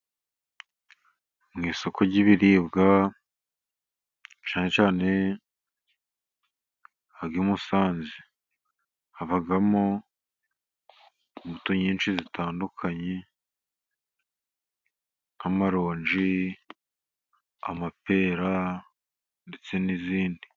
Mu isoko ry'ibiribwa cyane cyane iry'i Musanze, habamo imbuto nyinshi zitandukanye nk'amaronji, amapera ndetse n'izindi.